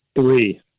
Three